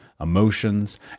emotions